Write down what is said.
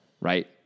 right